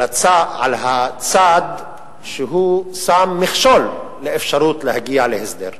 על הצד ששם מכשול לאפשרות להגיע להסדר.